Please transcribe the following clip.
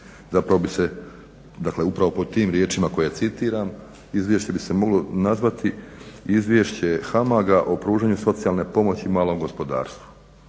zapravo bi se, dakle upravo po tim riječima koje citiram izvješće bi se moglo nazvati Izvješće HAMAG-a o pružanju socijalne pomoći malom gospodarstvu,